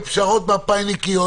השמות שהקראת עלו בהגרלה?